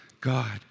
God